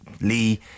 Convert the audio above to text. Lee